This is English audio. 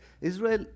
Israel